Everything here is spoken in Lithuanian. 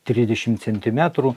trisdešimt centimetrų